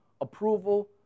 approval